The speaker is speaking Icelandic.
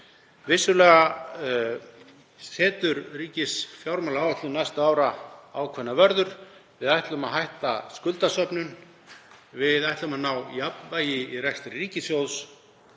Vissulega setur ríkisfjármálaáætlun næstu ára ákveðnar vörður. Við ætlum að hætta skuldasöfnun og ná jafnvægi í rekstri ríkissjóðs.